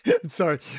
sorry